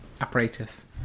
apparatus